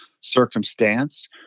circumstance